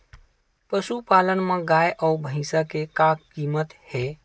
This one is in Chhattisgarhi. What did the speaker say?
पशुपालन मा गाय अउ भंइसा के का कीमत हे?